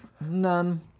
None